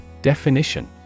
Definition